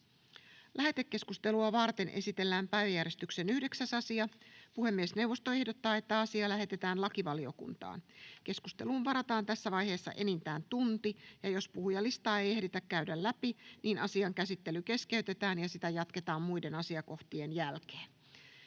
Lähetekeskustelua varten esitellään päiväjärjestyksen 9. asia. Puhemiesneuvosto ehdottaa, että asia lähetetään lakivaliokuntaan. Keskusteluun varataan tässä vaiheessa enintään tunti, ja jos puhujalistaa ei ehditä käydä läpi, asian käsittely keskeytetään ja sitä jatketaan muiden asiakohtien jälkeen.